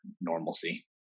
normalcy